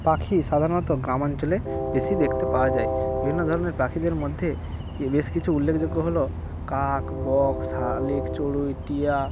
পাখি সাধারণত গ্রামাঞ্চলে বেশি দেখতে পাওয়া যায় বিভিন্ন ধরনের পাখিদের মধ্যে এ বেশ কিছু উল্লেখযোগ্য হলো কাক বক শালিক চড়ুই টিয়া